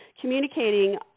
communicating